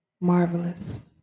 marvelous